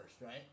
right